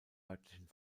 örtlichen